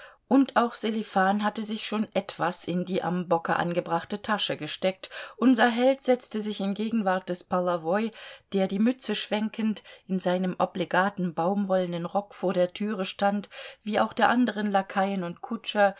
und auch sselifan hatte sich schon etwas in die am bocke angebrachte tasche gesteckt unser held setzte sich in gegenwart des polowoi der die mütze schwenkend in seinem obligaten baumwollenen rock vor der türe stand wie auch der anderen lakaien und kutscher